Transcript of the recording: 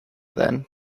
then